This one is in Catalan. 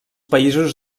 països